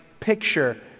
picture